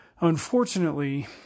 Unfortunately